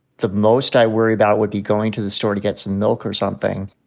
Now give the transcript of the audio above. the most i worry about would be going to the store to get some milk or something.